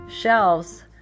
shelves